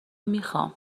میخوام